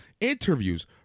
interviews